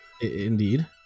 Indeed